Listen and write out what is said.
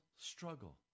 struggle